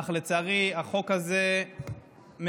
אך לצערי החוק הזה מפספס